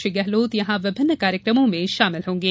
श्री गेहलोत यहां विभिन्न कार्यकमों में शामिल होंगे